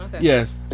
yes